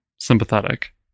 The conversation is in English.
sympathetic